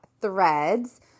Threads